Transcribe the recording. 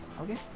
okay